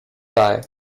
die